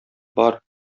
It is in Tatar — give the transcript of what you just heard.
бар